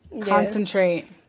concentrate